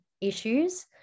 issues